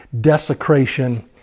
desecration